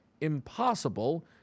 impossible